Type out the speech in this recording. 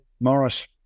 Morris